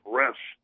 rest